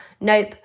Nope